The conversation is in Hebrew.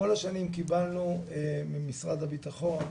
כל השנים קיבלנו ממשרד הבטחון,